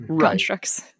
constructs